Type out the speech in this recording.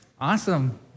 Awesome